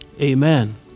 amen